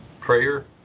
Prayer